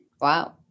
Wow